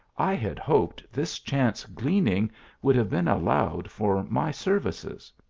i had hoped this chance gleaning would have been allowed for my services.